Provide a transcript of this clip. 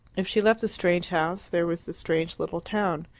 if she left the strange house there was the strange little town.